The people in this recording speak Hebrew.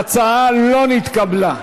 ההצעה לא נתקבלה.